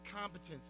competence